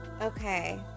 Okay